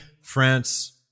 France